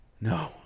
no